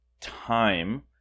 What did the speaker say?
time –